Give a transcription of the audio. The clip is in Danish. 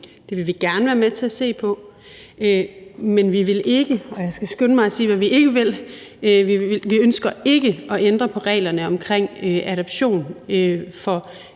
Det vil vi gerne være med til at se på, men vi vil ikke – og jeg skal skynde mig at sige, hvad vi ikke vil – ændre på reglerne omkring adoption af